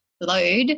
load